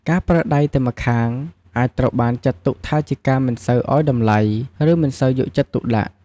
ការប្រើដៃតែម្ខាង អាចត្រូវបានចាត់ទុកថាជាការមិនសូវឱ្យតម្លៃ ឬមិនសូវយកចិត្តទុកដាក់។